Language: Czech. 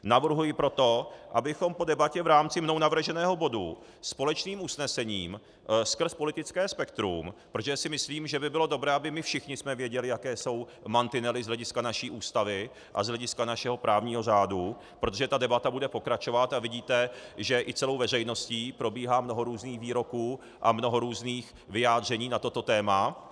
Navrhuji proto, abychom po debatě v rámci mnou navrženého bodu společným usnesením skrz politické spektrum, protože si myslím, že by bylo dobré, abychom my všichni věděli, jaké jsou mantinely z hlediska naší Ústavy a z hlediska našeho právního řádu, protože ta debata bude pokračovat a vidíte, že i celou veřejností probíhá mnoho různých výroků a mnoho různých vyjádření na toto téma.